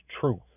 truth